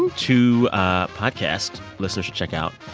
and two ah podcasts listeners should check out.